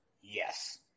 Yes